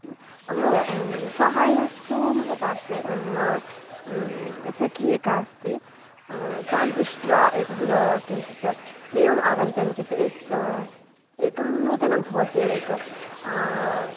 म सहायस्तु मम पार्श्वे मम सखी एका अस्ति तां पृष्ट्वा एतत् किञ्चित् एवम् आगन्तव्यं चेत् एकं नूतनं भवति एक